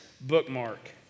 bookmark